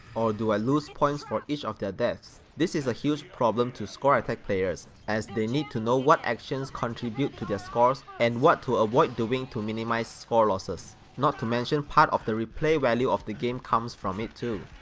or do i lose points for each of their deaths? this is a huge problem to score attack players as they need to know what actions contribute to their scores and what to avoid doing to minimize score losses, not to mention part of the replay value of the game comes from it too.